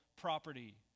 property